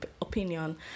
opinion